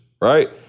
Right